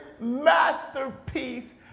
masterpiece